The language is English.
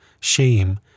shame